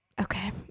okay